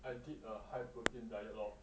I did a high protein diet lor